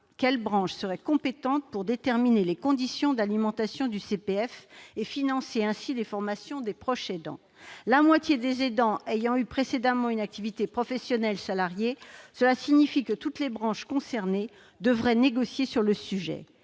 quelle branche serait compétente pour déterminer les conditions d'alimentation du CPF et financer les formations des proches aidants. La moitié des aidants ayant eu précédemment une activité professionnelle salariée, cela signifie que toutes les branches concernées devraient négocier sur le sujet